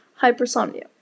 hypersomnia